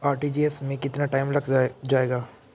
RTGS में कितना time लग जाएगा?